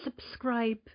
subscribe